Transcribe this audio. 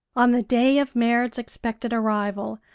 on the day of merrit's expected arrival,